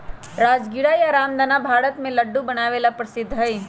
राजगीरा या रामदाना भारत में लड्डू बनावे ला बहुत प्रसिद्ध हई